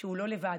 שהוא לא לבד